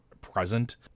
present